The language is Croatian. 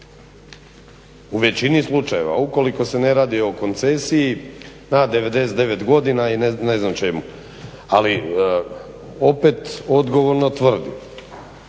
U većini slučajeva, ukoliko se ne radi o koncesiji na 99 godina i ne znam čemu. Ali opet odgovorno tvrdim,